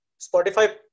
Spotify